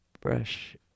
brush